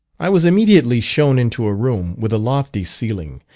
i was immediately shown into a room with a lofty ceiling,